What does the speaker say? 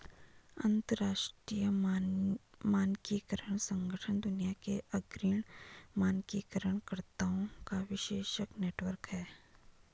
अंतर्राष्ट्रीय मानकीकरण संगठन दुनिया के अग्रणी मानकीकरण कर्ताओं का वैश्विक नेटवर्क है